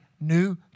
New